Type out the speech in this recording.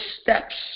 steps